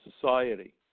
society